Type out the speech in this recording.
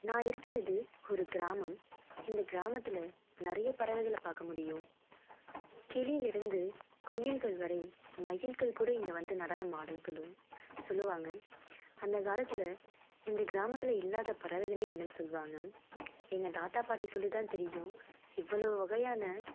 நான் இருக்கிறது ஒரு கிராமம் இந்த கிராமத்தில் நிறைய பறவைகளை பார்க்க முடியும் கிளியிலிருந்து குயில்கள் வரை மயில்கள் கூட இங்கே வந்து நடனமாடும்னு சொல்லும் சொல்லுவாங்கள் அந்த காலத்தில் இந்த கிராமத்தில் இல்லாத பறவைகளே இல்லைன்னு சொல்லுவாங்க எங்கள் தாத்தா பாட்டி சொல்லி தான் தெரியும் இவ்வளோ வகையான